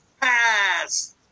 pass